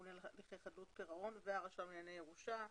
הממונה על הליכי חדלות פירעון והרשם לענייני ירושה.